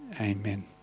Amen